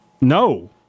no